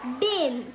bin